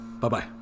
Bye-bye